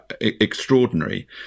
extraordinary